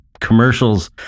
commercials